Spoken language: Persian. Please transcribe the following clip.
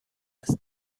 است